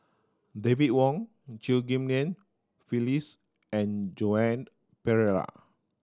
David Wong Chew Ghim Lian Phyllis and Joan Pereira